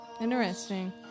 Interesting